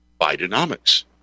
Bidenomics